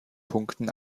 punkten